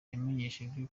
yamenyeshejwe